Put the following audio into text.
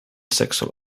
sexual